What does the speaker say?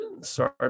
Sorry